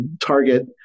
target